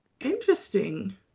Interesting